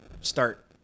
start